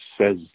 says